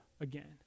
again